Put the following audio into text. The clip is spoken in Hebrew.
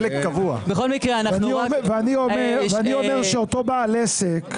ואני אומר שאותו בעל עסק,